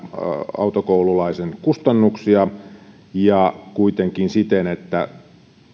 autokoululaisen kustannuksia kuitenkin siten että